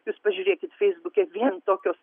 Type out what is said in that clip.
jūs pažiūrėkit feisbuke vien tokios